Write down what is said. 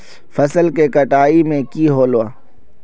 फसल के कटाई में की होला?